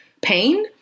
pain